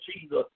Jesus